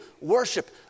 worship